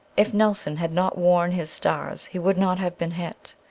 if nelson had not worn his stars he would not have been hit.